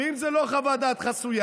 ואם זו לא חוות דעת חסויה,